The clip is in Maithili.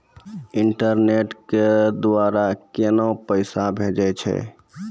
इंटरनेट के द्वारा केना पैसा भेजय छै?